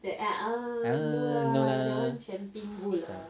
no lah